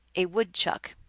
a wood chuck.